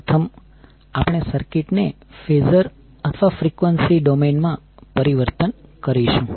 પ્રથમ આપણે સર્કિટ ને ફેઝર અથવા ફ્રીક્વન્સી ડોમેઇન માં પરિવર્તન કરીશું